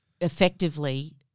effectively